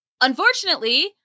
unfortunately